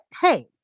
hey